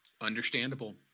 understandable